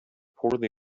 poorly